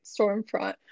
Stormfront